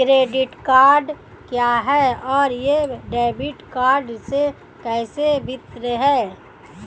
Credit card क्या है और यह डेबिट कार्ड से कैसे भिन्न है?